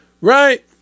right